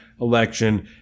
election